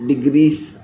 degrees